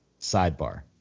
sidebar